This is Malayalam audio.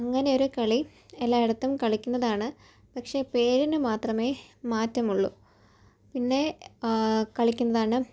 അങ്ങനെ ഒരു കളി എല്ലായിടത്തും കളിക്കുന്നതാണ് പക്ഷെ പേരിന് മാത്രമേ മാറ്റമുള്ളു പിന്നെ കളിക്കുന്നതാണ്